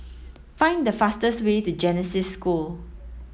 find the fastest way to Genesis School